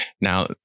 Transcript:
Now